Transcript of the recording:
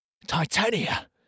Titania